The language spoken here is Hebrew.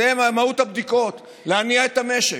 זו מהות הבדיקות: להניע את המשק.